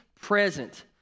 present